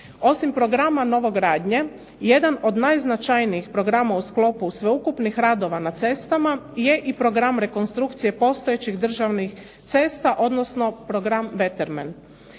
Osim programa novogradnje, jedan od najznačajnijih programa u sklopu sveukupnih radova na cestama, je i program rekonstrukcije postojećih državnih cesta, odnosno program betermen.